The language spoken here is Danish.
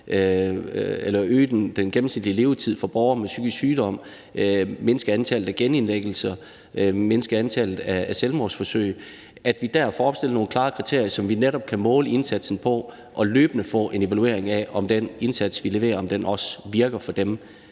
at øge den gennemsnitlige levetid for borgere med psykisk sygdom, at mindske antallet af genindlæggelser og at mindske antallet af selvmordsforsøg – at vi dér får opstillet nogle klare kriterier, som vi netop kan måle indsatsen på, og så vi løbende kan få en evaluering af, om den indsats, vi leverer, også virker for dem,